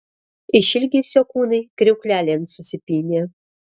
iš ilgesio kūnai kriauklelėn susipynė